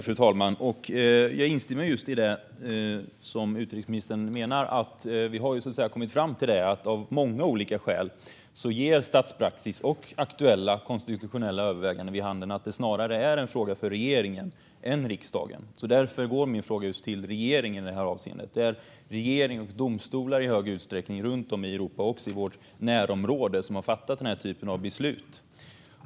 Fru talman! Jag instämmer i det som utrikesministern menar. Vi har av många olika skäl kommit fram till att statspraxis och aktuella konstitutionella överväganden ger vid handen att detta snarare är en fråga för regeringen än för riksdagen. Därför går min fråga just till regeringen. Det är runt om i Europa och även i vårt närområde i stor utsträckning regeringar och domstolar som har fattat denna typ av beslut.